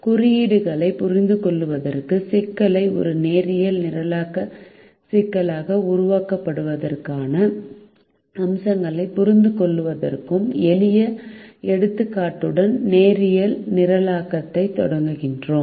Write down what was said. குறியீடுகளைப் புரிந்துகொள்வதற்கும் சிக்கலை ஒரு நேரியல் நிரலாக்க சிக்கலாக உருவாக்குவதற்கான அம்சங்களைப் புரிந்துகொள்வதற்கும் எளிய எடுத்துக்காட்டுடன் நேரியல் நிரலாக்கத்தைத் தொடங்குகிறோம்